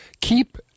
keep